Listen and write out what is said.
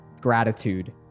Gratitude